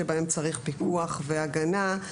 שבהם צריך פיקוח והגנה,